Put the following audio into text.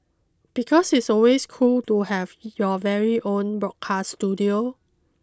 because it's always cool to have your very own broadcast studio